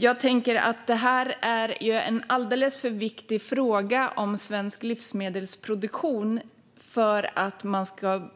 Jag tänker att det här är en alldeles för viktig fråga om svensk livsmedelsproduktion för att man ska